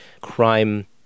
crime